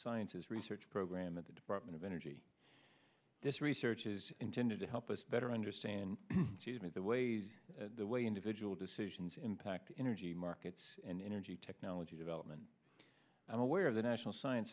sciences research program at the department of energy this research is intended to help us better understand the ways the way individual decisions impact energy markets and energy technology development i'm aware of the national science